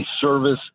service